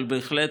אבל בהחלט,